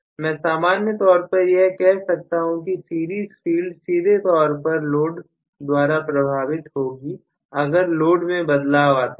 मैं सामान्य तौर पर यह कह सकता हूं की सीरीज फील्ड सीधे तौर पर लोड द्वारा प्रभावित होगी अगर लोड में बदलाव आता है